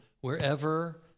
wherever